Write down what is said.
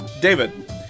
David